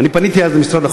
פניתי אז למשרד החוץ.